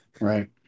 Right